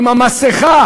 עם המסכה